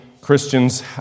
Christians